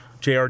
JR